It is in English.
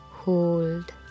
Hold